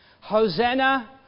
Hosanna